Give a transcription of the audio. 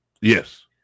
Yes